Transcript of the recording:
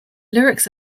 lyrics